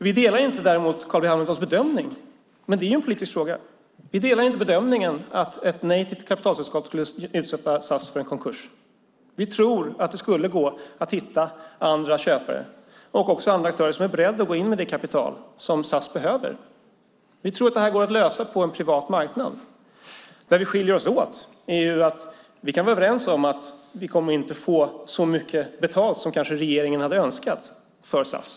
Vi delar däremot inte Carl B Hamiltons bedömning - men det är en politisk fråga - att ett nej till ett kapitalskott skulle utsätta SAS för en konkurs. Vi tror att det går att hitta andra köpare och andra aktörer som är beredda att gå in med det kapital som SAS behöver. Vi tror att det här går att lösa på en privat marknad. Vi kan vara överens om att vi inte kommer att få så mycket betalt som regeringen hade önskat för SAS.